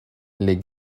les